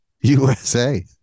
USA